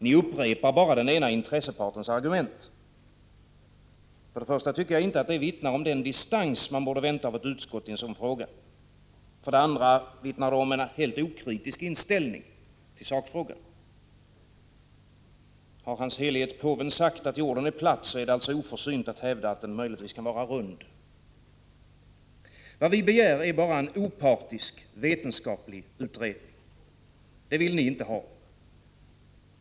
Ni upprepar bara den ena intressepartens argument. För det första vittnar detta inte om den distans man borde vänta av ett utskott i en sådan fråga. För det andra vittnar det om en helt okritisk inställning till sakfrågan. Har hans helighet påven sagt att jorden är platt, så är det oförsynt att hävda att den möjligtvis kan vara rund. Vad vi begär är bara en opartisk, vetenskaplig utredning. Det vill ni inte ha.